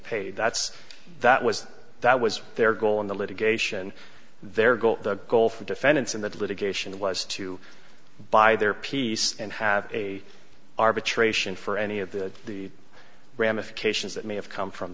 paid that's that was that was their goal in the litigation their goal the goal for defendants in that litigation was to buy their piece and have a arbitration for any of the the ramifications that may have come